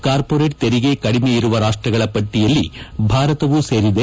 corporate ತೆರಿಗೆ ಕಡಿಮೆಯಿರುವ ರಾಷ್ಷಗಳ ಪಟ್ಲಯಲ್ಲಿ ಭಾರತವು ಸೇರಿದೆ